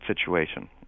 situation